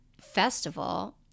festival